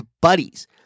buddies